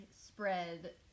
spread